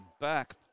back